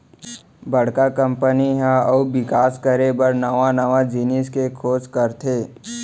बड़का कंपनी ह अउ बिकास करे बर नवा नवा जिनिस के खोज करथे